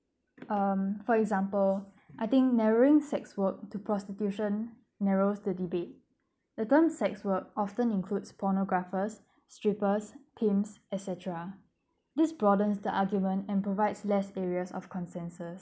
um for example I think narrowing sex work to prostitution narrows the debate the term sex work often include pornographers strippers themes et cetera this broadens the argument and provides less area of consensus